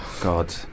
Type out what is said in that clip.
God